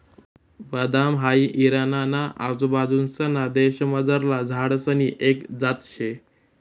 बदाम हाई इराणा ना आजूबाजूंसना देशमझारला झाडसनी एक जात शे